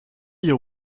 you